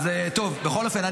בכל אופן,